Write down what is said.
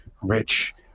rich